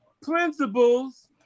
principles